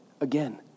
again